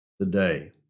today